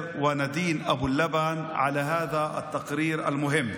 ונדין אבו לבן על הכתבה החשובה הזאת.